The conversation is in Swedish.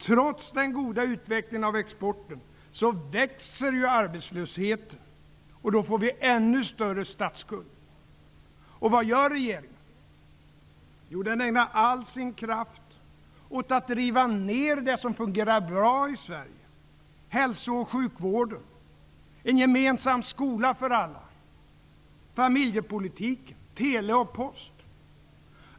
Trots den goda utvecklingen av exporten växer ju arbetslösheten. Och då får vi ännu större statsskuld. Och vad gör regeringen? Jo, den ägnar all sin kraft åt att riva ned det som fungerar bra i Sverige: hälsooch sjukvården, en gemensam skola för alla, familjepolitiken, tele och post.